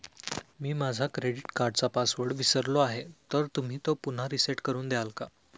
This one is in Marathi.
मी माझा क्रेडिट कार्डचा पासवर्ड विसरलो आहे तर तुम्ही तो पुन्हा रीसेट करून द्याल का?